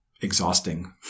exhausting